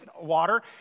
water